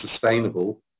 sustainable